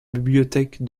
bibliothèque